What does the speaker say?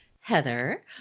Heather